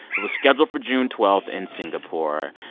it was scheduled for june twelve in singapore.